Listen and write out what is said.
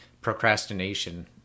procrastination